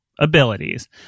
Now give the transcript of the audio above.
abilities